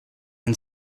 and